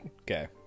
Okay